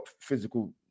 physical